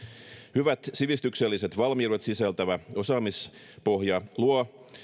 hyvät sivistykselliset valmiudet sisältävä osaamispohja